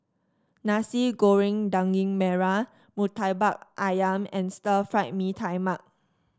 Nasi Goreng Daging Merah murtabak ayam and Stir Fry Mee Tai Mak